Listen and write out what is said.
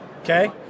okay